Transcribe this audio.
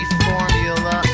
formula